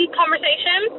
conversation